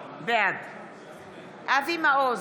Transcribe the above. בעד אבי מעוז,